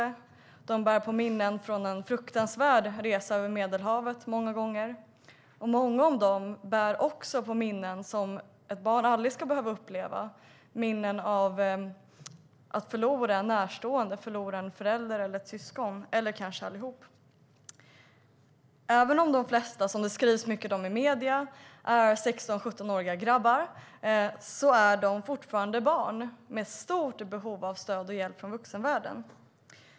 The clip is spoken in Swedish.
De bär många gånger på minnen från en fruktansvärd resa över Medelhavet. Många av dem bär också på minnen av sådant som ett barn aldrig ska behöva uppleva, minnen av att förlora en närstående, en förälder eller ett syskon eller kanske allihop. Även om de flesta, som det skrivs mycket om i medierna, är 16-17-åriga grabbar är de fortfarande barn med ett stort behov av stöd och hjälp från vuxenvärlden.